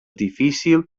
difícil